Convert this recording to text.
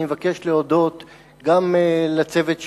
אני מבקש להודות גם לצוות שלי,